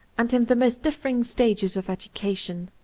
and in the most differing stages of education.